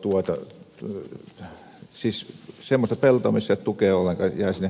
tulee siis semmoista peltoa mistä ei saa tukea ollenkaan jäivät sinne aktiiviviljelijälle ne